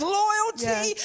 loyalty